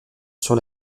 sur